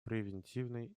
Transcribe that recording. превентивной